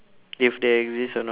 if they exist or not